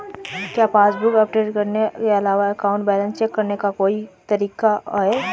क्या passbook update करने के अलावा अकाउंट बैलेंस चेक करने का कोई और तरीका है?